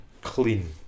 clean